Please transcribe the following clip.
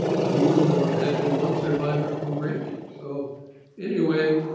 but even though there had been one survivor from rabies. so anyway,